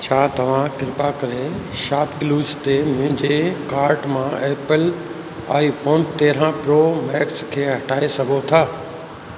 छा तव्हां कृपा करे शापक्लूज़ ते मुंहिंजे कार्ट मां एप्पल आई फोन तेरहं प्रो मैक्स खे हटाइ सघो था